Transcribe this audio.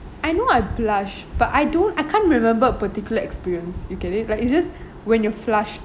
I know I blush but I do I can't remember a particular experience you get like it's just when you're flushed